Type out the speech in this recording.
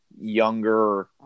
younger